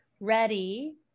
ready